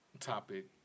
topic